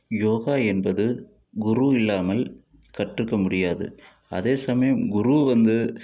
யோகா என்பது குரு இல்லாமல் கற்றுக்க முடியாது அதே சமயம் குரு வந்து